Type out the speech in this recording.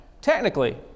technically